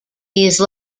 these